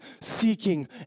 seeking